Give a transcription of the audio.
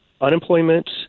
unemployment